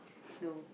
no